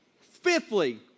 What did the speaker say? Fifthly